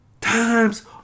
Times